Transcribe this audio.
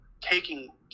taking